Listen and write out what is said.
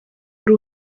wari